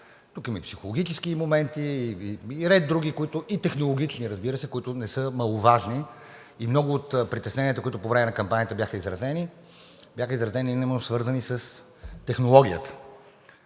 Тук има и психологически моменти, и ред други, и технологични, разбира се, които не са маловажни. Много от притесненията, които по време на кампанията бяха изразени – бяха изразени именно свързани с технологията.